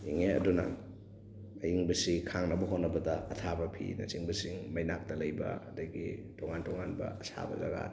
ꯏꯪꯉꯦ ꯑꯗꯨꯅ ꯑꯏꯪꯕꯁꯤ ꯈꯥꯡꯅꯕ ꯍꯣꯠꯅꯕꯗ ꯑꯊꯥꯕ ꯐꯤꯅ ꯆꯤꯡꯕꯁꯤꯡ ꯃꯩꯅꯥꯛꯇ ꯂꯩꯕ ꯑꯗꯒꯤ ꯇꯣꯉꯥꯟ ꯇꯣꯉꯥꯟꯕ ꯑꯁꯥꯕ ꯖꯒꯥ